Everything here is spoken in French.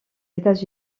états